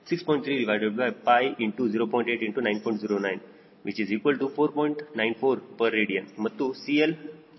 316